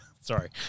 Sorry